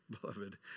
beloved